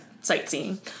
sightseeing